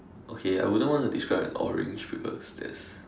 okay I wouldn't want to describe an orange because that's